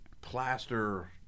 plaster